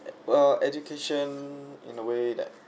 well education in a way that